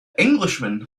englishman